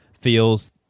feels